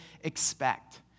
expect